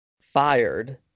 fired